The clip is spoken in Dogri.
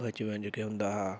बचपन जेह्के होंदा हा